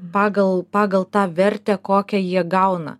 pagal pagal tą vertę kokią jie gauna